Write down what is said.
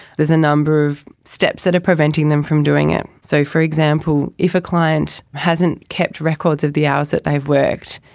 there's a number of steps that are preventing them from doing it. so, for example, if a client hasn't kept records of the hours that they've worked,